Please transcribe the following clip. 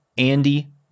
Andy